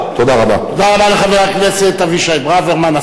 אני מצטטת מהזיכרון,